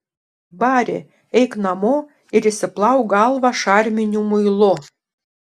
bari eik namo ir išsiplauk galvą šarminiu muilu